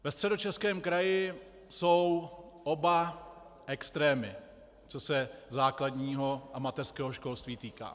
Ve Středočeském kraji jsou oba extrémy, co se základního a mateřského školství týká.